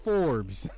Forbes